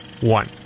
one